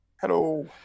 Hello